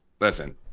Listen